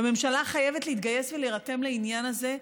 והממשלה חייבת להתגייס ולהירתם לעניין הזה.